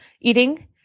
eating